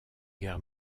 guerre